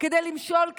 כדי למשול כשרים.